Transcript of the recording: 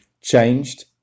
changed